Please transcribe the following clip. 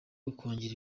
ukongera